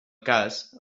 cas